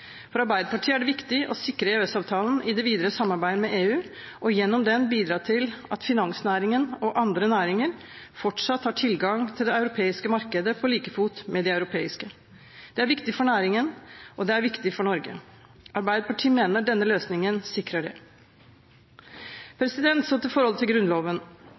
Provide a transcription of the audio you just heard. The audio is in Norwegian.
For Arbeiderpartiet er det viktig å sikre EØS-avtalen i det videre samarbeidet med EU, og gjennom den bidra til at finansnæringen og andre næringer fortsatt har tilgang til det europeiske markedet på like fot med europeiske næringer. Det er viktig for næringen, og det er viktig for Norge. Arbeiderpartiet mener denne løsningen sikrer det. Så til forholdet til Grunnloven.